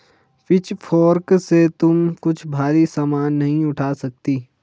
pitchfork से तुम कुछ भारी सामान नहीं उठा सकती